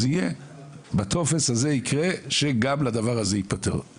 אז בטופס הזה יקרה שגם הדבר הזה ייפתר,